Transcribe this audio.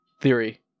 theory